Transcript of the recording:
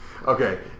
Okay